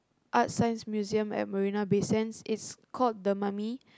Art Science Museum at Marina-Bay-Sands its called the mummy